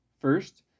First